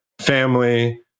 family